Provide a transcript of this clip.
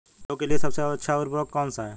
पौधों के लिए सबसे अच्छा उर्वरक कौन सा है?